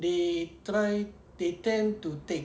they try they tend to take